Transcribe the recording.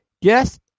Yes